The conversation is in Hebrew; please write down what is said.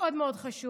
מאוד מאוד חשוב.